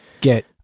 get